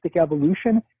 evolution